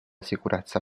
sicurezza